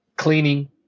cleaning